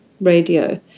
Radio